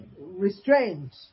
restraint